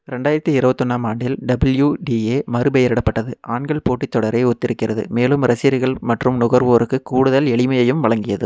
ரெண்டாயிரத்தி இருபத்தி ஒன்றாம் ஆண்டில் டபிள்யுடிஏ மறுபெயரிடப்பட்டது ஆண்கள் போட்டித் தொடரை ஒத்திருக்கிறது மேலும் ரசிகர்கள் மற்றும் நுகர்வோருக்கு கூடுதல் எளிமையையும் வழங்கியது